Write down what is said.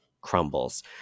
crumbles